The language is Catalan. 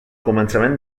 començament